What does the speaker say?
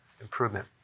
improvement